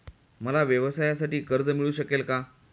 मला व्यवसायासाठी कर्ज मिळू शकेल का?